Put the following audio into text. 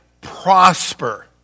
prosper